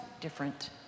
different